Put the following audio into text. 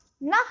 no